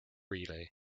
relay